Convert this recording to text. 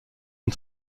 une